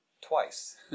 twice